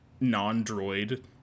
non-droid